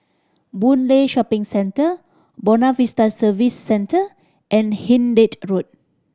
Boon Lay Shopping Centre Buona Vista Service Centre and Hindhede Road